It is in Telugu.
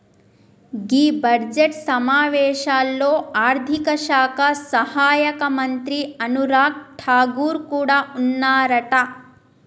గీ బడ్జెట్ సమావేశాల్లో ఆర్థిక శాఖ సహాయక మంత్రి అనురాగ్ ఠాగూర్ కూడా ఉన్నారట